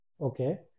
Okay